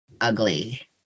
ugly